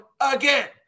again